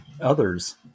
others